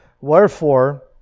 Wherefore